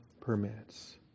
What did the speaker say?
permits